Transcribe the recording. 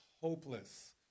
hopeless